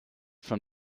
from